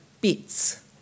bits